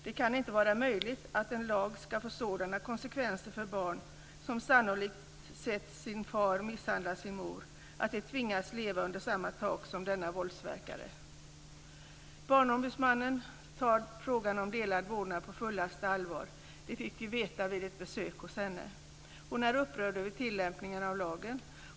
Det kan inte vara möjligt att en lag ska få sådana konsekvenser för barn som sannolikt har sett sin far misshandla sin mor att de tvingas leva under samma tak som denna våldsverkare. Barnombudsmannen tar frågan om delad vårdnad på fullaste allvar. Det fick vi veta vid ett besök hos henne. Hon är upprörd över tillämpningen av lagen.